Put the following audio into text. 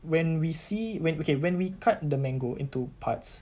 when we see when okay when we cut the mango into parts